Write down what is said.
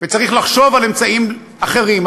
וצריך לחשוב על אמצעים אחרים.